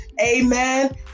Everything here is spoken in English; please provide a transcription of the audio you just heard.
Amen